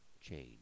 Change